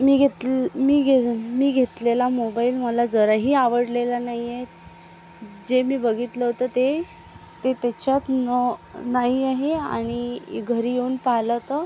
मी घेतलं मी घे मी घेतलेला मोबाइल मला जराही आवडलेला नाही आहे जे मी बघितलं होतं ते ते त्याच्यात नॉ नाही आहे आणि घरी येऊन पाहिलं तं